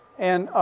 and, ah,